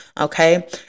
Okay